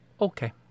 Okay